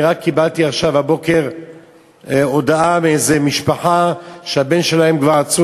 אני רק הבוקר קיבלתי הודעה מאיזו משפחה שהבן שלהם כבר עצור